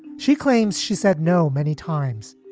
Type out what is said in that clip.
she claims she said no many times.